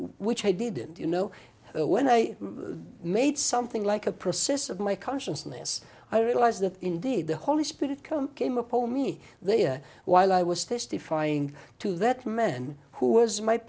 which i didn't you know when i made something like a process of my consciousness i realized that indeed the holy spirit come came upon me there while i was testifying to that man who was my